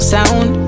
Sound